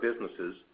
businesses